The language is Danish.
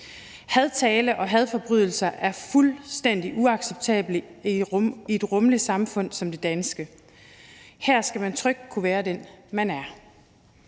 Hadtale og hadforbrydelser er fuldstændig uacceptable i et rummeligt samfund som det danske. Her skal man trygt kunne være den, man er.